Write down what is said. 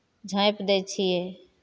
झाँपि दै छियै